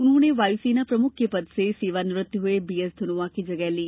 उन्होंने वायुसेना प्रमुख के पद से आज सेवानिवृत्त हुए बीएस धनोआ की जगह ली